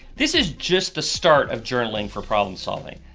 this is just the start of journaling for problem solving,